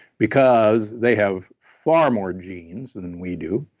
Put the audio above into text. because they have far more genes than we do.